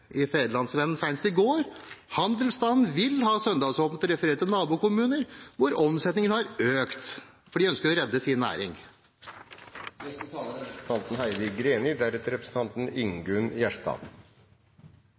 i Fedrelandsvennen senest i går sto det at handelsstanden vil ha søndagsåpent. Det refereres til nabokommuner, hvor omsetningen har økt, og at de ønsker å redde sin næring.